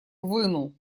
вынул